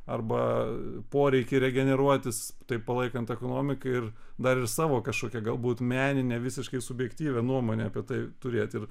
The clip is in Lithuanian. arba poreikį regeneruotis taip palaikant ekonomiką ir dar ir savo kažkokią galbūt meninę visiškai subjektyvią nuomonę apie tai turėti ir